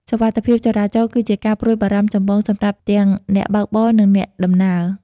សុវត្ថិភាពចរាចរណ៍គឺជាការព្រួយបារម្ភចម្បងសម្រាប់ទាំងអ្នកបើកបរ និងអ្នកដំណើរ។